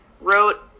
wrote